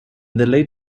late